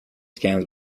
scams